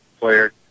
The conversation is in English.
player